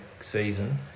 season